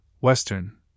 Western